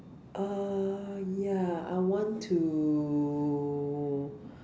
err ya I want to